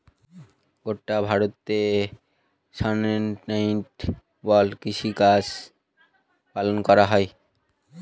গোটা ভারতে সাস্টেইনেবল কৃষিকাজ পালন করা হয়